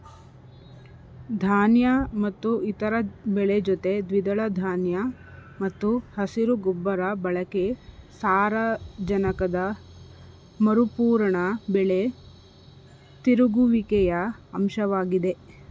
ಧಾನ್ಯ ಮತ್ತು ಇತರ ಬೆಳೆ ಜೊತೆ ದ್ವಿದಳ ಧಾನ್ಯ ಮತ್ತು ಹಸಿರು ಗೊಬ್ಬರ ಬಳಕೆ ಸಾರಜನಕದ ಮರುಪೂರಣ ಬೆಳೆ ತಿರುಗುವಿಕೆಯ ಅಂಶವಾಗಿದೆ